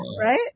right